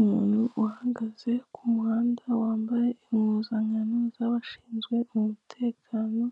Umuntu uhagaze kumuhanda wambaye impuzankano z'abashinzwe umutekano,